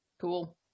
Cool